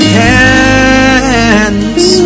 hands